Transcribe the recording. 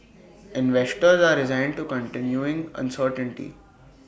investors are resigned to continuing uncertainty